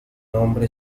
nombre